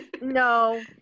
No